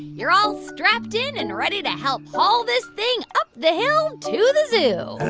you're all strapped in and ready to help haul this thing up the hill to the zoo